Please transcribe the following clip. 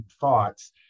thoughts